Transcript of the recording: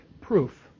proof